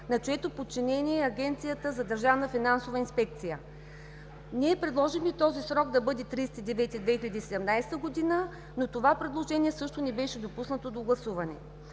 на чието подчинение е Агенцията за държавна финансова инспекция. Ние предложихме този срок да бъде 30 септември 2017 г., но това предложение също не беше допуснато до гласуване.